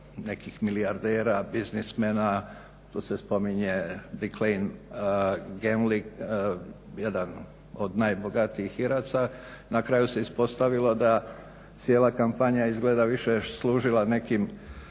nekih milijardera, biznismena, tu se spominje …/Govornik se ne razumije./… jedan od najbogatijih Iraca. Na kraju se ispostavilo da cijela kampanja izgleda više, je služila nekim